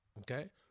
Okay